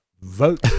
Vote